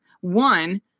One